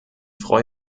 freue